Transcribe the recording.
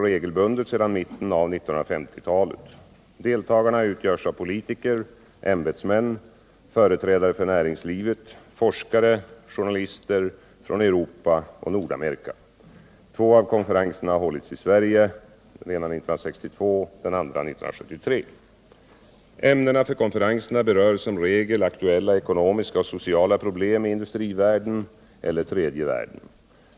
Ämnena för konferenserna berör som regel aktuella ekonomiska och sociala problem i industrivärlden eller tredje världen.